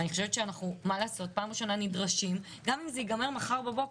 אני חושבת שאנחנו פעם ראשונה נדרשים גם אם זה ייגמר מחר בבוקר,